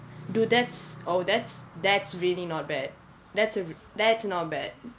dude that's oh that's that's really not bad that's a that's not bad